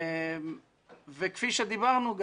כפי שדיברנו,